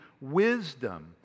wisdom